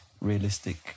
realistic